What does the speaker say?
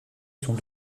sont